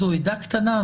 זו עדה קטנה,